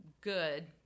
good